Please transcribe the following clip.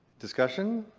discussion?